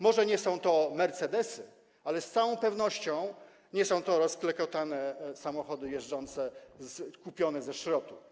Może nie są to mercedesy, ale z całą pewnością nie są to rozklekotane samochody kupione ze szrotu.